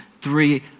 three